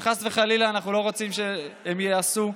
שחס וחלילה אנחנו לא רוצים שהם יעשו.